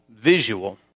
visual